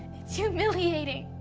it's humiliating.